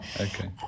Okay